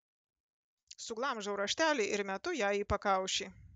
suglamžau raštelį ir metu jai į pakaušį